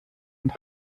und